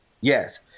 yes